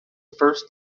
first